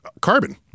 carbon